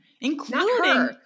including